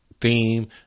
theme